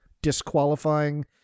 disqualifying